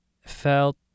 felt